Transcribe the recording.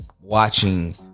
watching